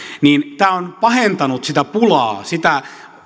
niin tämä on pahentanut sitä pulaa sitä